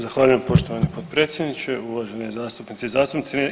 Zahvaljujem poštovani potpredsjedniče, uvažene zastupnice i zastupnici.